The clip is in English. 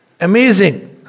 amazing